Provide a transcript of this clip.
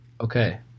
Okay